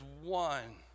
one